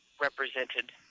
represented